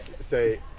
say